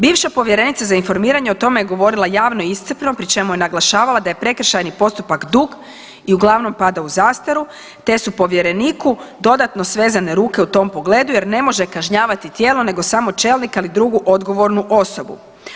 Bivša povjerenica za informiranje o tome je govorila javno i iscrpno pri čemu je naglašavala da je prekršajni postupak dug i uglavnom pada u zastaru te su povjereniku dodatno svezane ruke u tom pogledu jer ne može kažnjavati tijelo, nego samo čelnika ili drugu odgovornu osobu.